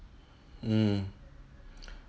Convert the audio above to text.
mm